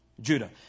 Judah